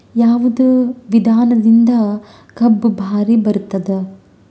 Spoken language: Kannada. ಯಾವದ ವಿಧಾನದಿಂದ ಕಬ್ಬು ಭಾರಿ ಬರತ್ತಾದ?